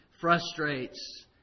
frustrates